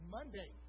Monday